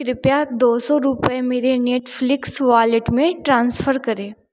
कृपया दो सौ रुपये मेरे नेटफ़्लिक्स वॉलेट में ट्रांसफ़र करें